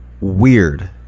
weird